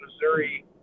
Missouri